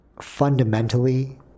fundamentally